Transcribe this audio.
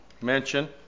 mention